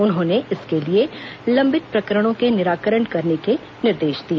उन्होंने इसके लिए लंबित प्रकरणों के निराकरण करने के निर्देश दिए